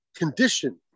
condition